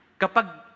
kapag